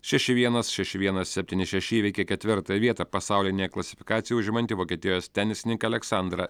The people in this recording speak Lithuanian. šeši vienas šeši vienas septyni šeši įveikė ketvirtąją vietą pasaulinėje klasifikacijoje užimantį vokietijos tenisininką aleksandrą